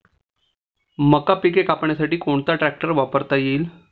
मका पिके कापण्यासाठी कोणता ट्रॅक्टर वापरता येईल?